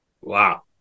Wow